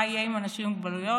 מה יהיה עם אנשים עם מוגבלויות?